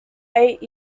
eight